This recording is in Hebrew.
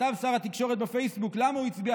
כתב שר התקשורת בפייסבוק למה הוא הצביע